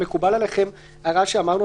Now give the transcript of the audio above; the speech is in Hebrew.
האם מקובלת עליכם ההערה שאמרנו,